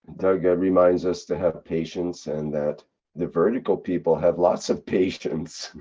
doug. reminds us to have patience and that the vertical people have lots of patience.